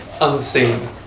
unseen